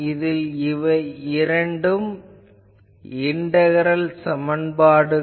இதில் இவை இரண்டும் இண்டகரல் சமன்பாடுகள்